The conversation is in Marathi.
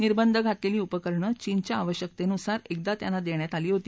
निर्बंध घातलेली उपकरणे चीनच्या आवश्यकतेनुसार एकदा देण्यात आली होती